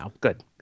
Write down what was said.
Good